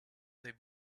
they